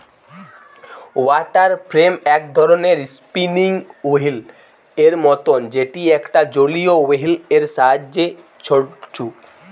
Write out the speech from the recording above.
water frame এক ধরণের spinning wheel এর মতন যেটি একটা জলীয় ওহীল এর সাহায্যে ছলছু